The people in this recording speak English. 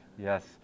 yes